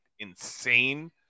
insane